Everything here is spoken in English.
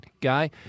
guy